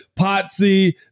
Potsy